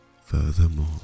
furthermore